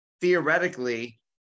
Theoretically